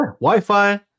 Wi-Fi